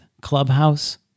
Clubhouse